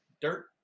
dirt